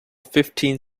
fifteen